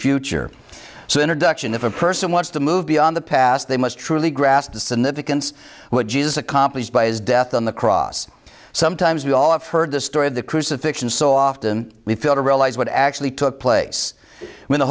future so introduction if a person wants to move beyond the past they must truly grasp the significance what jesus accomplished by his death on the cross sometimes we all have heard the story of the crucifixion so often we fail to realize what actually took place when the